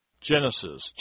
Genesis